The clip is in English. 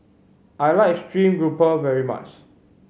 I like stream grouper very much